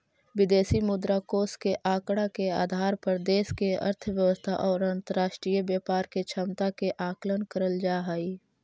विदेशी मुद्रा कोष के आंकड़ा के आधार पर देश के अर्थव्यवस्था और अंतरराष्ट्रीय व्यापार के क्षमता के आकलन करल जा हई